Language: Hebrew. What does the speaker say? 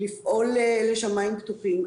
לפעול לשמים פתוחים.